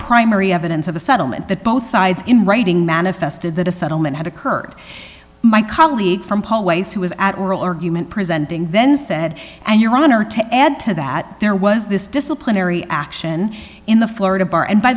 primary evidence of a settlement that both sides in writing manifested that a settlement had occurred my colleague from paul ways who was at oral argument presenting then said and your honor to add to that there was this disciplinary action in the florida bar and by